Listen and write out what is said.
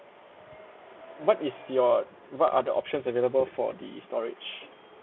what is your what are the options available for the storage